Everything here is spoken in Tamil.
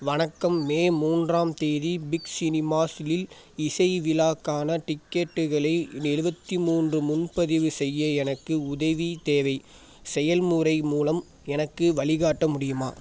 வணக்கம் மே மூன்றாம் தேதி பிக் சினிமாஸ் இல் இசை விழாக்கான டிக்கெட்டுகளை எழுவத்தி மூன்று முன்பதிவு செய்ய எனக்கு உதவி தேவை செயல்முறை மூலம் எனக்கு வழிகாட்ட முடியுமா